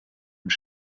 und